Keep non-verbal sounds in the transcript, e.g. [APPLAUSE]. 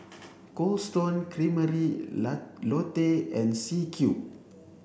Cold Stone Creamery [UNINTELLIGIBLE] Lotte and C Cube